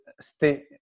stay